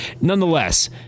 Nonetheless